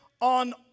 on